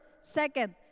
second